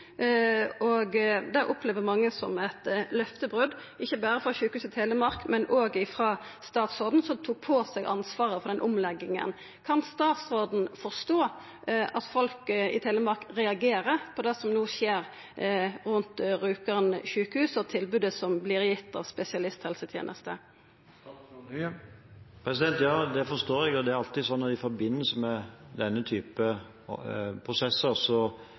Det opplever mange som eit løftebrot, ikkje berre frå Sykehuset Telemark, men òg frå statsråden, som tok på seg ansvaret for den omlegginga. Kan statsråden forstå at folk i Telemark reagerer på det som no skjer rundt Rjukan- sjukehuset og tilbodet som vert gitt av spesialisthelsetenester? Ja, det forstår jeg, og det er alltid sånn i forbindelse med denne